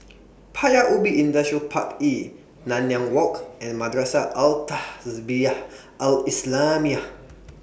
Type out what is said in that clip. Paya Ubi Industrial Park E Nanyang Walk and Madrasah Al Tahzibiah Al Islamiah